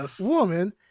woman